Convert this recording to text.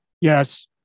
yes